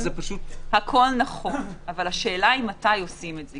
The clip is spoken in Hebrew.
הכול נכון, אבל השאלה מתי עושים את זה.